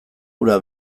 ura